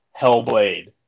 Hellblade